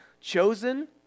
chosen